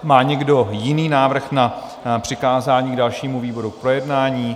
Má někdo jiný návrh na přikázání dalšímu výboru k projednání?